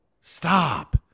stop